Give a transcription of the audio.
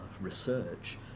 research